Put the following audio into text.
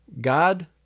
God